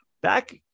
Back